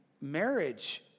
marriage